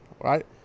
right